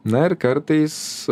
na ir kartais